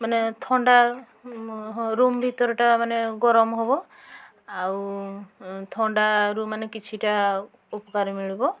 ମାନେ ଥଣ୍ଡା ହଁ ରୁମ୍ ଭିତରଟା ମାନେ ଗରମ ହବ ଆଉ ଥଣ୍ଡାରୁ ମାନେ କିଛିଟା ଉପକାର ମିଳିବ